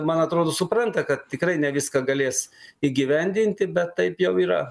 man atrodo supranta kad tikrai ne viską galės įgyvendinti bet taip jau yra